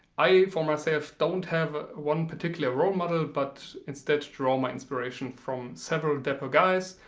i for myself don't have ah one particular role model but instead draw my inspiration from several dapper guys.